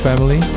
Family